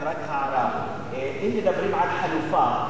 רק הערה: אם מדברים על חלופה,